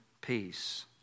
peace